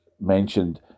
mentioned